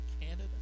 Canada